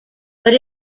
but